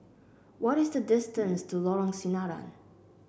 what is the distance to Lorong Sinaran